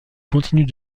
continue